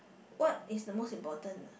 what is the most important